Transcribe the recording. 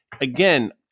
again